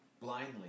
blindly